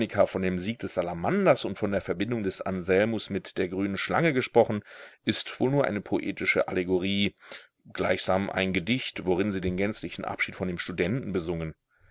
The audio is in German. von dem sieg des salamanders und von der verbindung des anselmus mit der grünen schlange gesprochen ist wohl nur eine poetische allegorie gleichsam ein gedicht worin sie den gänzlichen abschied von dem studenten besungen